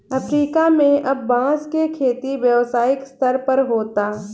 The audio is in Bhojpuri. अफ्रीका में अब बांस के खेती व्यावसायिक स्तर पर होता